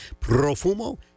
Profumo